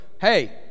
hey